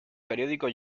periódico